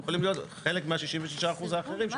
הם יכולים להיות חלק מה-66% האחרים שמסכימים.